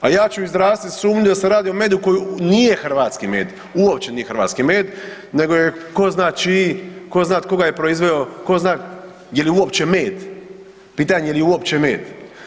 A ja ću izraziti sumnju da se radi o medu koji nije hrvatski med, uopće nije hrvatski med nego je ko zna čiji, tko zna tko ga je proizveo, ko zna je li uopće med, pitanje je je li uopće med.